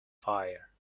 fire